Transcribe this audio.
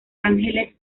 ángeles